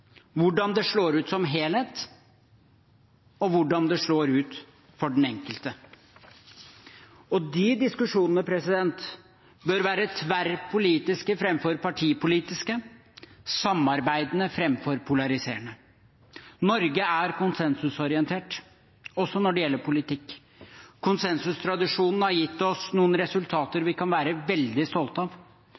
hvordan det slår ut som helhet, og hvordan det slår ut for den enkelte. Og de diskusjonene bør være tverrpolitiske framfor partipolitiske, samarbeidende framfor polariserende. Norge er konsensusorientert, også når det gjelder politikk. Konsensustradisjonen har gitt oss noen resultater vi kan være veldig stolte av.